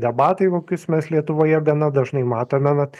debatai kokius mes lietuvoje gana dažnai matome na